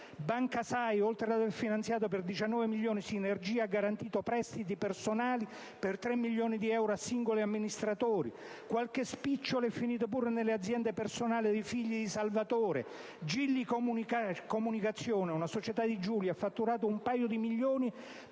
Banca Sai, oltre ad aver finanziato per 19 milioni Sinergia, ha garantito prestiti personali per 3 milioni di euro a singoli amministratori. Qualche spicciolo è finito pure nelle aziende personali dei figli di Salvatore. «Gilli Communication», una società di Giulia, ha fatturato un paio di milioni